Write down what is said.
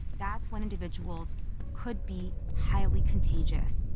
that's when individuals could be highly contagious.